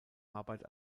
arbeit